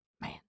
Man